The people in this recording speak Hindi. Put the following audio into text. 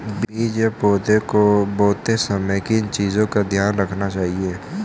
बीज या पौधे को बोते समय किन चीज़ों का ध्यान रखना चाहिए?